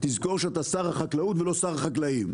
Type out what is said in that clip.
תזכור שאתה שר החקלאות ולא שר החקלאים.